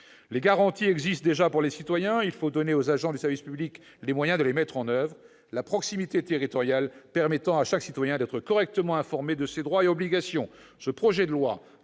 Les garanties existent déjà pour les citoyens. Il faut donner aux agents du service public les moyens de les mettre en oeuvre, la proximité territoriale permettant à chaque citoyen d'être correctement informé de ses droits et obligations. Ce projet de loi,